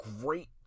great